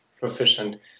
proficient